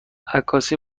عکاسی